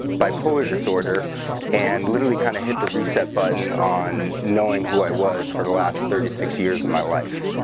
bipolar disorder and literally kind of hit the reset button on knowing who i was for the last thirty six years of and my life